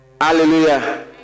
Hallelujah